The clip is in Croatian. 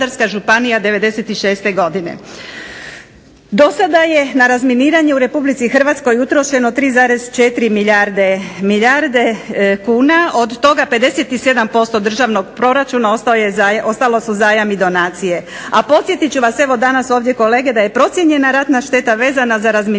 RH utrošeno 3,4 milijarde kuna od toga 57% državnog proračuna, ostalo su zajam i donacije. A podsjetit ću vas danas ovdje kolege da je procijenjena ratna šteta vezana za razminiranje